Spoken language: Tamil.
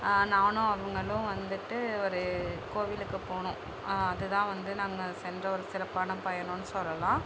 நானும் அவங்களும் வந்துட்டு ஒரு கோவிலுக்கு போனோம் அதுதான் வந்து நாங்கள் சென்ற ஒரு சிறப்பான பயணம்னு சொல்லலாம்